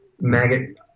maggot